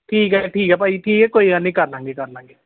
ਠੀਕ ਹੈ ਠੀਕ ਹੈ ਭਾਅ ਜੀ ਠੀਕ ਹੈ ਕੋਈ ਗੱਲ ਨਹੀਂ ਕਰ ਲਾਂਗੇ ਕਰ ਲਾਂਗੇ